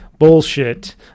bullshit